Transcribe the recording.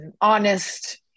honest